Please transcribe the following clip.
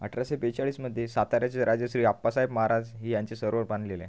अठराशे बेचाळीसमध्ये साताऱ्याचे राजे श्री अप्पासाहेब महाराज यांचे सरोवर बांधलेले आहे